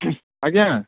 ଆଜ୍ଞା